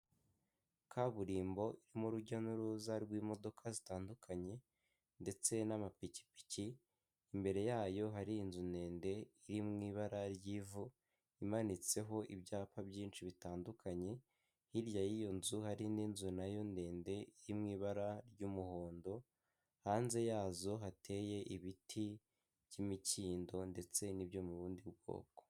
Kaburimbo irimo urujya n'uruza rw'imodoka zitandukanye ndetse n'amapikipiki, imbere yayo hari inzu ndende iri mu ibara ry'ivu imanitseho ibyapa byinshi bitandukanye, hirya y'iyo nzu hari n'inzu na yo ndende iri mu ibara ry'umuhondo, hanze yazo hateye ibiti by'imikindo ndetse n'ibyo mu bundi bwoko.